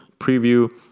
preview